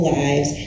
lives